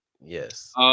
yes